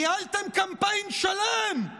ניהלתם קמפיין שלם על